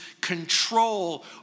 control